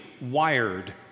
wired